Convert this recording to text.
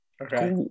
Okay